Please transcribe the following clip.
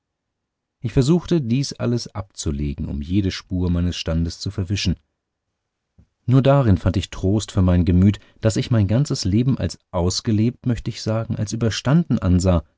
ich versuchte dies alles abzulegen um jede spur meines standes zu verwischen nur darin fand ich trost für mein gemüt daß ich mein ganzes leben als ausgelebt möcht ich sagen als überstanden ansah